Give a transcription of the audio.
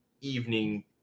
evening